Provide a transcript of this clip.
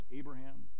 abraham